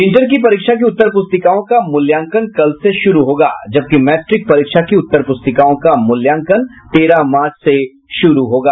inter की परीक्षा की उत्तर प्रस्तिकाओं का मूल्यांकन कल से शुरू होगा जबकि मैट्रिक परीक्षा की उत्तर पुस्तिकाओं का मुल्यांकन तेरह मार्च से शुरू होगा